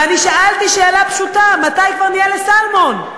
ואני שאלתי שאלה פשוטה: מתי כבר נהיה לסלמון?